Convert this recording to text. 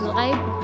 life